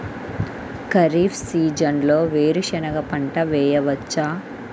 ఖరీఫ్ సీజన్లో వేరు శెనగ పంట వేయచ్చా?